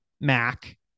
Mac